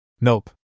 Nope